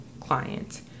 client